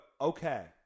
okay